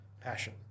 passion